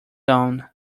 own